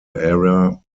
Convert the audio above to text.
area